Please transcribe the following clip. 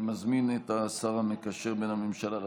אני מזמין את השר המקשר בין הממשלה לכנסת,